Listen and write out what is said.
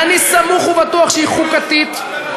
ואני סמוך ובטוח שהיא חוקתית,